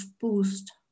boost